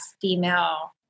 female